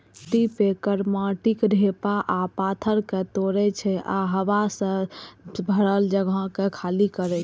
cultipacker माटिक ढेपा आ पाथर कें तोड़ै छै आ हवा सं भरल जगह कें खाली करै छै